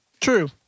True